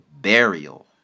burial